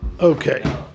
Okay